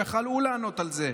הוא היה יכול לענות על זה.